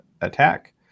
attack